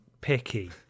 picky